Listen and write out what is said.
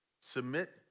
Submit